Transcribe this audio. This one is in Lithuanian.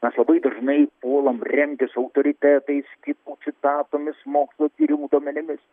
mes labai dažnai puolam remtis autoritetais kitų citatomis mokslo tyrimų duomenimis